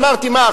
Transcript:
אמרתי: מה,